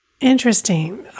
Interesting